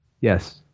Yes